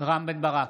רם בן ברק,